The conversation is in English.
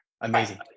amazing